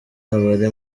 abari